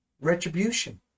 Retribution